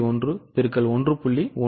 1 X 1